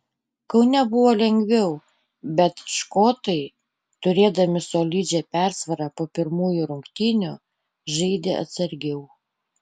kaune buvo lengviau bet škotai turėdami solidžią persvarą po pirmųjų rungtynių žaidė atsargiau